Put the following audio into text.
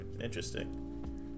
interesting